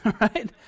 right